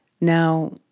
Now